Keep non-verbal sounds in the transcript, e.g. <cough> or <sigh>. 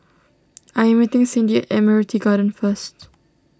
<noise> I am meeting Cyndi at Admiralty Garden first